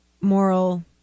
moral